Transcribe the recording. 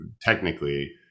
technically